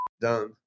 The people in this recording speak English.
done